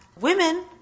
women